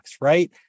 right